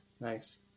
nice